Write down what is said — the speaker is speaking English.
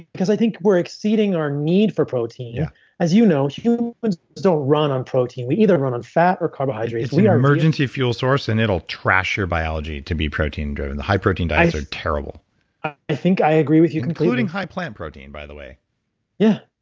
because i think we're exceeding our need for protein yeah as you know, humans but don't run on protein. we either run on fat or carbohydrates. we are emergency fuel source and it'll trash your biology to be protein-driven. the high protein diets are terrible ah i think i agree with you completely including high plant protein, by the way yeah.